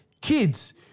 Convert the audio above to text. Kids